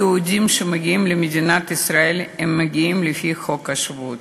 יהודים שמגיעים למדינת ישראל מגיעים לפי חוק השבות.